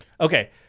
Okay